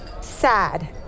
sad